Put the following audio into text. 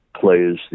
plays